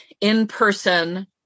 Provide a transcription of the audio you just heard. in-person